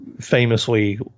famously